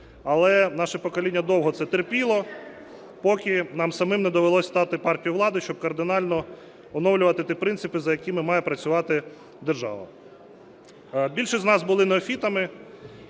Але наше покоління довго це терпіло, поки нам самим не довелося стати партією влади, щоб кардинально оновлювати ті принципи, за якими має працювати держава. Більшість з нас були неофітами,